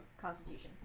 Constitution